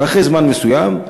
ואחרי זמן מסוים,